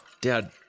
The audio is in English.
Dad